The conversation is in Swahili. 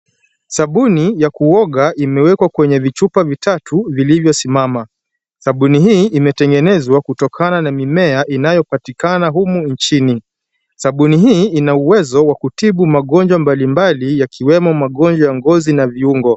Sabuni ya kuoga imeekwa kwenye vichupa vitatu vilivyo simama, sabuni hii imetengenezwa kutokana na mimea inayopatokana humu nchini. Sabuni hii ina uwezo wa kutibu magonjwa mbali mbali yakiwemo magonjwa ya ngozi na viungo.